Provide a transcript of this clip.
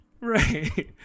right